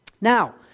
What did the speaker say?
Now